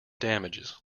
damages